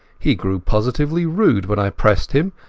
he grew positively rude when i pressed him,